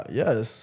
yes